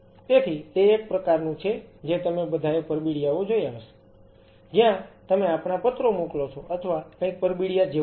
તેથી તે એક પ્રકારનું છે જે તમે બધાએ પરબિડીયાઓ જોયા હશે જ્યાં તમે આપણા પત્રો મોકલો છો અથવા કંઈક પરબીડિયા જેવું જ છે